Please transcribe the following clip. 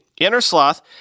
Innersloth